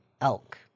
elk